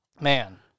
Man